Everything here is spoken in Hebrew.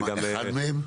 רק אחד מהם?